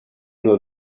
nur